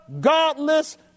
godless